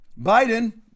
Biden